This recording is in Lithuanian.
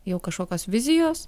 jau kažkokios vizijos